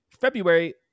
February